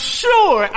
sure